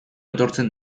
etortzen